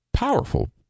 Powerful